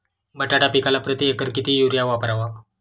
बटाटा पिकाला प्रती एकर किती युरिया वापरावा?